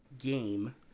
game